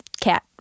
cat